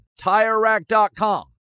TireRack.com